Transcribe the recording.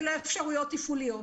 ולאפשרויות תפעוליות.